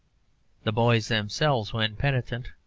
the boys themselves, when penitent,